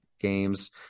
games